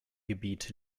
gebiet